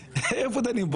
איפה דנים בו?